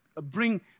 bring